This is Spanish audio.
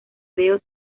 veo